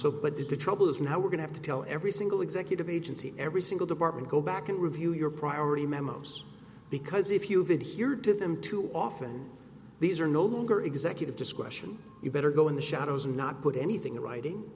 so but if the trouble is now we're going to tell every single executive agency every single department go back and review your priority memos because if you have it here do them too often these are no longer executive discretion you better go in the shadows and not put anything in writing